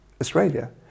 Australia